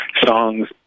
songs